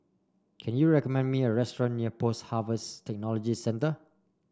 can you recommend me a restaurant near Post Harvest Technology Centre